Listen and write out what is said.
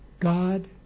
God